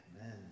Amen